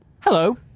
Hello